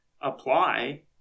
apply